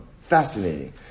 Fascinating